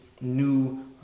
new